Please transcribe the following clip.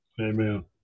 Amen